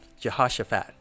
jehoshaphat